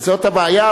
זאת הבעיה,